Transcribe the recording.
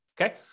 okay